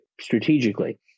strategically